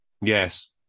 Yes